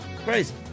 Crazy